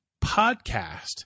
podcast